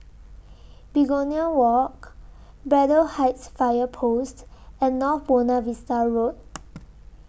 Begonia Walk Braddell Heights Fire Post and North Buona Vista Road